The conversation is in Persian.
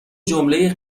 جمله